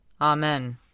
Amen